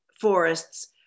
forests